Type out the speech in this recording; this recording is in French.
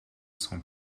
sont